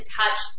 touch